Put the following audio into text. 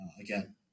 again